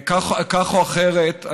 כך או אחרת,